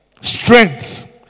strength